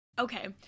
Okay